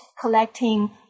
collecting